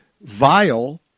Vile